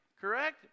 Correct